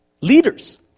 leaders